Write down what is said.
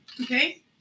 Okay